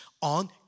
on